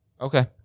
Okay